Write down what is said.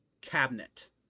cabinet